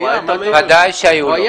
--- ודאי שהיו לו.